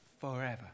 forever